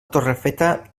torrefeta